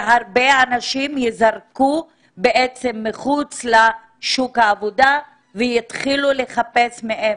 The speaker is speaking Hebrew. והרבה אנשים ייזרקו מחוץ לשוק העבודה ויתחילו לחפש מאפס.